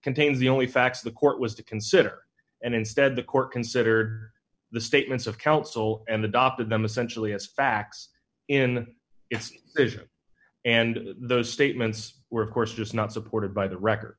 contains the only facts the court was to consider and instead the court consider the statements of counsel and adopted them essentially as facts in it and those statements were of course just not supported by the record